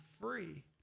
free